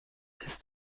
ist